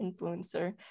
influencer